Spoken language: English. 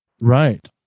Right